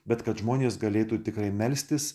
bet kad žmonės galėtų tikrai melstis